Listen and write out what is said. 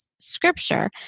scripture